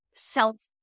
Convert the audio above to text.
self